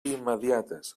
immediates